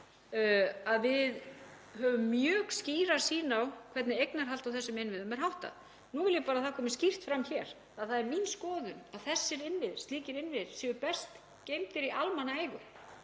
að við höfum mjög skýra sýn á hvernig eignarhaldi á þessum innviðum er háttað. Nú vil ég bara að það komi skýrt fram hér að það er mín skoðun að slíkir innviðir séu best geymdir í almannaeigu